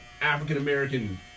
African-American